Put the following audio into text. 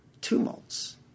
tumults